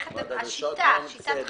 שיטת חישוב.